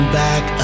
back